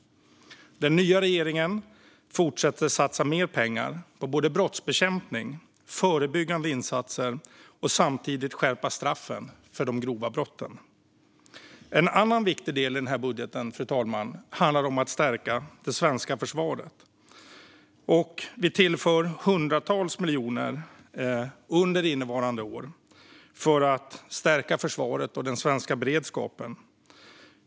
Den nya regeringen fortsätter att satsa mer pengar på både brottsbekämpning och förebyggande insatser samtidigt som den skärper straffen för de grova brotten. En annan viktig del i budgeten, fru talman, handlar om att stärka det svenska försvaret. Vi tillför hundratals miljoner under innevarande år för att stärka försvaret och den svenska beredskapen.